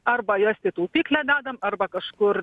arba jas į taupyklę dedam arba kažkur